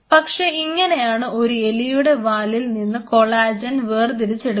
പക്ഷേ ഇങ്ങനെയാണ് ഒരു എലിയുടെ വാലിയിൽ നിന്ന് കൊളാജൻ വെർതിരിച്ചെടുക്കുന്നത്